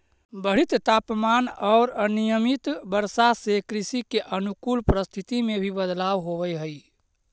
बढ़ित तापमान औउर अनियमित वर्षा से कृषि के अनुकूल परिस्थिति में भी बदलाव होवऽ हई